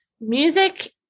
music